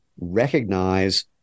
recognize